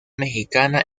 mexicana